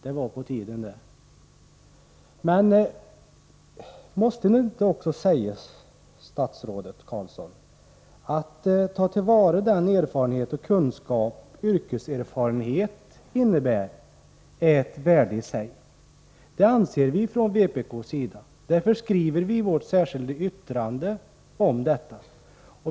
Men måste det nu inte sägas, statsrådet Carlsson, att det är ett värde i sig att ta till vara den kunskap som yrkeserfarenhet innebär? Det anser vi från vpk:s sida. Därför skriver vi i vårt särskilda yttrande om detta.